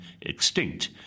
extinct